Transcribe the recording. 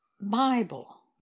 Bible